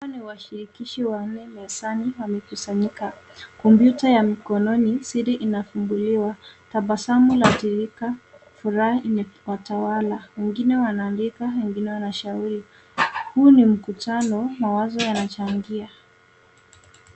Hawa ni washirikishi wanne mezani wamekusanyika. Kompyuta ya mkononi, siri inafunguliwa .Tabasamu ladhihirika , furaha imetawala. Wengine wanaandika , wengine wanashauri. Huu ni mkutano, mawazo yanachangia.